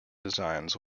designs